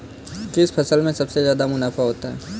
किस फसल में सबसे जादा मुनाफा होता है?